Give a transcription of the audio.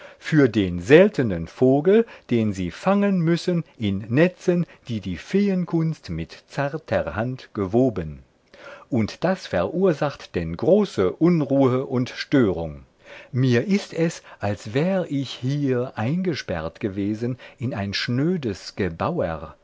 für den seltenen vogel den sie fangen müssen in netzen die die feenkunst mit zarter hand gewoben und das verursacht denn große unruhe und störung mir ist es als wär ich hier eingesperrt gewesen in ein schnödes